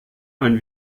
ein